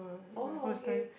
oh okay